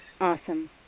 Awesome